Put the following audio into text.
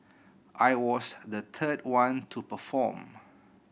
I was the third one to perform